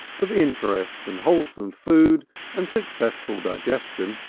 of interest and wholesome food and successful digestion,